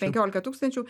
penkiolika tūkstančių